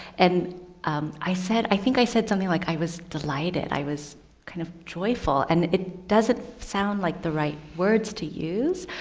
and um i said, i think i said something like i was delighted. i was kind of joyful and it doesn't sound like the right words to use.